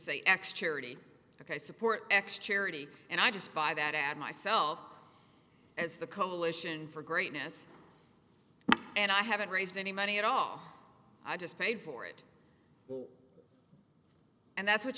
say x charity ok i support x charity and i just buy that ad myself as the coalition for greatness and i haven't raised any money at all i just paid for it and that's what